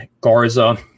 Garza